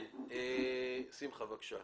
שמחה בבקשה.